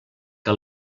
que